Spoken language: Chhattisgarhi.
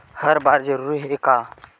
हर बार जरूरी हे का?